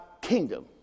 kingdom